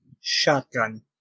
Shotgun